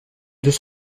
deux